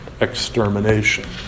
extermination